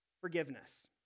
forgiveness